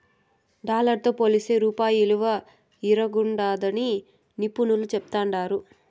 dollar తో పోలిస్తే రూపాయి ఇలువ తిరంగుండాదని నిపునులు చెప్తాండారు